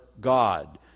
God